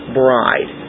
bride